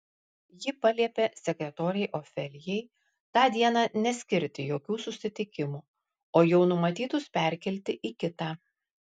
ji paliepė sekretorei ofelijai tą dieną neskirti jokių susitikimų o jau numatytus perkelti į kitą